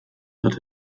hat